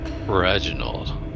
Reginald